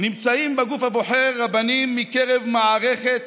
נמצאים בגוף הבוחר רבנים מקרב מערכת